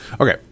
Okay